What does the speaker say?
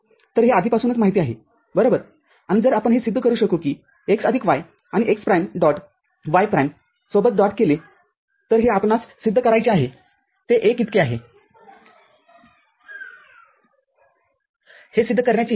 तर हे आधीपासूनच माहिती आहे बरोबर आणि जर आपण हे सिद्ध करू शकू की x आदिक y आणि x प्राईम डॉट y प्राईमसोबत AND t केले तर हे हे आपणास सिद्ध करायचे आहेते १ इतके आहे हे सिद्ध करण्याची इच्छा आहे